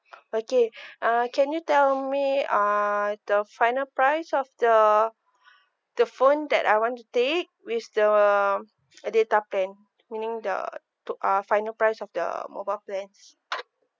okay uh can you tell me uh the final price of the the phone that I want to take with the uh data plan meaning the to uh final price of the mobile plans